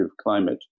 climate